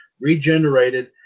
regenerated